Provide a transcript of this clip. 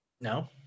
No